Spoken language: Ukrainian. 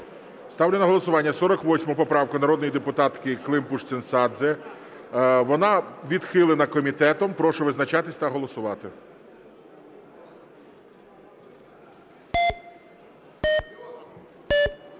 Ставлю на голосування 48 поправку народної депутатки Климпуш-Цинцадзе. Вона відхилена комітетом. Прошу визначатися та голосувати.